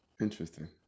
interesting